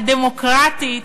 הדמוקרטית,